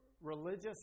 religious